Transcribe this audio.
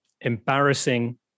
embarrassing